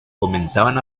comenzaban